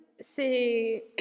C'est